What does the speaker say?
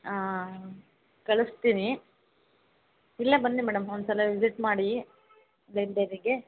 ಹಾಂ ಕಳಿಸ್ತೀನಿ ಇಲ್ಲೇ ಬನ್ನಿ ಮೇಡಮ್ ಒಂದು ಸಲ ವಿಸಿಟ್ ಮಾಡಿ ಲೈಬ್ರರಿಗೆ